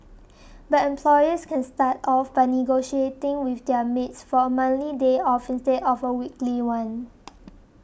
but employers can start off by negotiating with their maids for a monthly day off instead of a weekly one